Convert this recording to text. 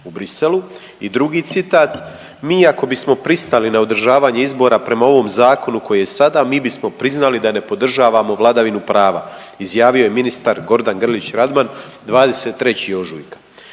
u Bruxellesu i drugi citata „Mi ako bismo pristali na održavanje izbora prema ovom zakonu koji je sada mi bismo priznali da ne podržavamo vladavinu pravu“ izjavio je ministar Gordan Grlić Radman 23. ožujka.